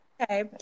Okay